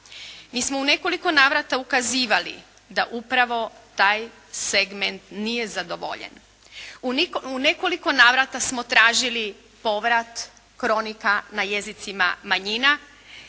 Mi smo u nekoliko navrata ukazivali da upravo taj segment nije zadovoljen. U nekoliko navrata smo tražili povrat kronika na jezicima manjina.